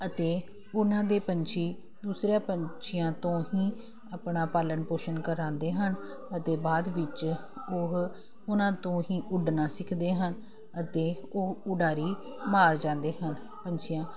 ਅਤੇ ਉਹਨਾਂ ਦੇ ਪੰਛੀ ਦੂਸਰਿਆਂ ਪੰਛੀਆਂ ਤੋਂ ਹੀ ਆਪਣਾ ਪਾਲਣ ਪੋਸ਼ਣ ਕਰਾਉਂਦੇ ਹਨ ਅਤੇ ਬਾਅਦ ਵਿੱਚ ਉਹ ਉਹਨਾਂ ਤੋਂ ਹੀ ਉੱਡਣਾ ਸਿੱਖਦੇ ਹਨ ਅਤੇ ਉਹ ਉਡਾਰੀ ਮਾਰ ਜਾਂਦੇ ਹਨ ਪੰਛੀਆਂ